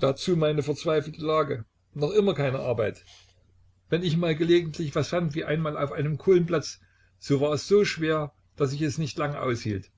dazu meine verzweifelte lage noch immer keine arbeit wenn ich mal gelegentlich was fand wie einmal auf einem kohlenplatz so war es so schwer daß ich es nicht lange aushielt